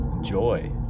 joy